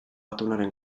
atunaren